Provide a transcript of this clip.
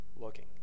looking